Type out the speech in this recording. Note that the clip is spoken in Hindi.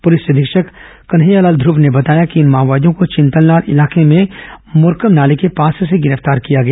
पुलिस अधीक्षक कन्हैयालाल धव ने बताया कि इन माओवादियों को चिंतलनार इलाके में मुकरम नाले के पास से गिरफ्तार किया गया